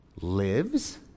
lives